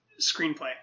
screenplay